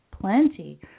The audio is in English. plenty